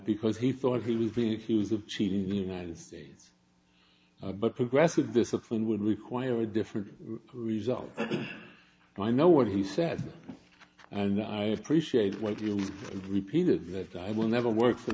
because he thought he was being accused of cheating the united states but progressive discipline would require a different result and i know what he said and i appreciate what you just repeated that i will never work for